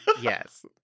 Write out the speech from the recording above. Yes